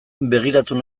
begiratu